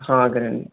హ అదెను